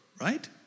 right